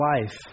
life